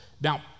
Now